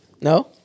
No